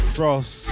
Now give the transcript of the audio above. Frost